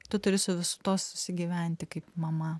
tu turi su visu tuo susigyventi kaip mama